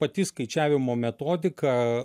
pati skaičiavimo metodika